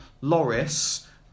Loris